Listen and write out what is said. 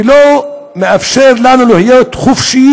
ולא מאפשר לנו להיות חופשיים.